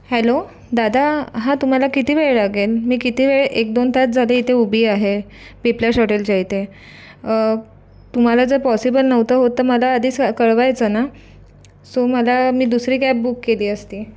hello दादा हां तुम्हाला किती वेळ लागेल मी किती वेळ एक दोन तास झाले इथे उभी आहे बिप्लॅश हॉटेलच्या इथे तुम्हाला जर पॉसिबल नव्हतं होत तर मला आधीच कळवायचं ना सो मला मी दुसरी कॅब बुक केली असती